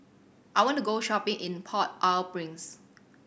I want to go shopping in Port Au Prince